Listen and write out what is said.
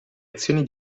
azioni